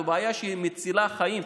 זה מציל חיים.